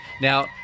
now